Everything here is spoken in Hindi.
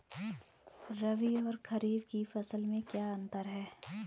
रबी और खरीफ की फसल में क्या अंतर है?